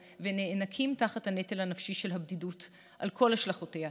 ונאנקים תחת הנטל הנפשי של הבדידות על כל השלכותיה.